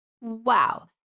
Wow